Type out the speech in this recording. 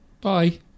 Bye